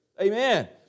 Amen